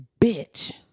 bitch